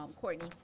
Courtney